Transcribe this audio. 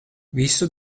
visu